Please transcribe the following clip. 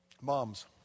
Moms